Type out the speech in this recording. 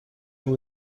who